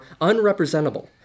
unrepresentable